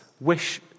wish